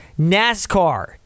nascar